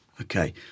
Okay